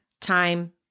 time